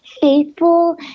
faithful